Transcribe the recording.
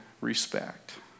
respect